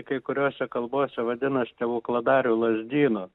kai kuriose kalbose vadina stebukladariu lazdynu